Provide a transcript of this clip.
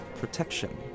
protection